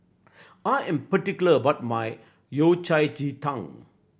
I am particular about my Yao Cai ji tang